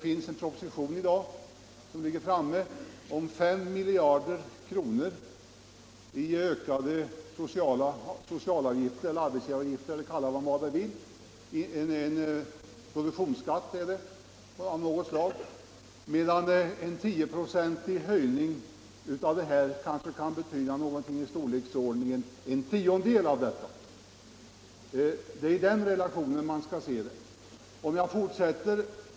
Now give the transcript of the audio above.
En proposition har lagts fram med förslag om att företagens sociala avgifter skall öka med 5 miljarder kronor — en produktionsskatt, eller vad det skall kallas. En 10-procentig höjning av bolagsskatten skulle kanske bli en tiondel av detta belopp. Det är i den relationen man skall se vpk-förslaget.